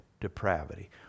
depravity